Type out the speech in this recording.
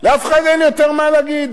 לאף אחד יותר מה להגיד.